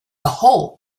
whole